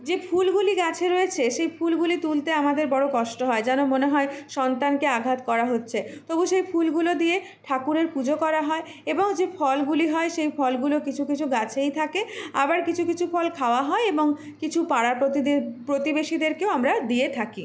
যে ফুলগুলি গাছে রয়েছে সেই ফুলগুলি তুলতে আমাদের বড় কষ্ট হয় যেন মনে হয় সন্তানকে আঘাত করা হচ্ছে তবু সেই ফুলগুলো দিয়ে ঠাকুরের পুজো করা হয় এবং যে ফলগুলো হয় সেই ফলগুলো কিছু কিছু গাছেই থাকে আবার কিছু কিছু ফল খাওয়া হয় এবং কিছু পাড়া প্রতিবেশীদেরকেও আমরা দিয়ে থাকি